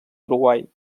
uruguai